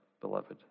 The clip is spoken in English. beloved